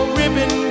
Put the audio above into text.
ribbon